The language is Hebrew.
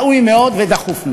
ראוי מאוד ודחוף מאוד.